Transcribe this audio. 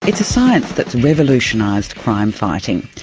it's a science that's revolutionised crime fighting.